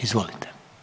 Izvolite.